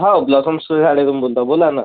हो Blossom School शाळेतून बोलतो आहे बोला ना